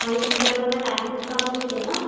आणि तुमच्याकडनं लायसेन्स काढून मिळते का